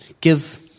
give